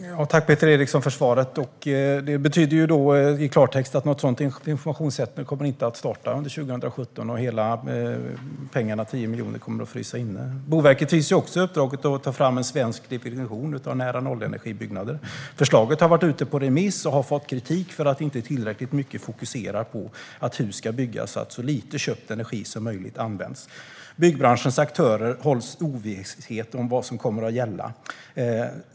Herr talman! Tack, Peter Eriksson, för svaret! Det betyder i klartext att något sådant informationscentrum inte kommer att starta under 2017. Och alla pengar, 10 miljoner, kommer att frysa inne. Boverket fick också uppdraget att ta fram en svensk definition av nära-nollenergibyggnader. Förslaget har varit ute på remiss och har fått kritik för att det inte tillräckligt mycket fokuserar på att hus ska byggas så att så lite köpt energi som möjligt används. Byggbranschens aktörer hålls i ovisshet om vad som kommer att gälla.